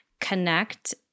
connect